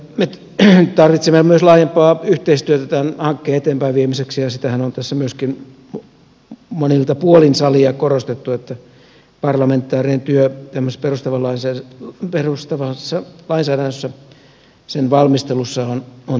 me tarvitsemme myös laajempaa yhteistyötä tämän hankkeen eteenpäinviemiseksi ja sitähän on tässä myöskin monilta puolin salia korostettu että parlamentaarinen työ tämmöisessä perustavassa lainsäädännössä sen valmistelussa on tärkeää